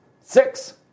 Six